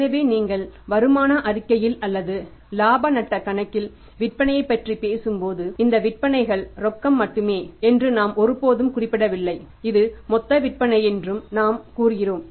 எனவே நீங்கள் வருமான அறிக்கையில் அல்லது லாப நஷ்டக் கணக்கில் விற்பனையைப் பற்றி பேசும்போது இந்த விற்பனைகள் ரொக்கம் மட்டுமே என்று நாம் ஒருபோதும் குறிப்பிடவில்லை இது மொத்த விற்பனை என்று நாம் கூறுகிறோம்